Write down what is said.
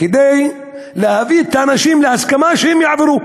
כדי להביא את האנשים להסכמה שהם יעברו.